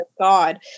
God